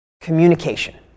communication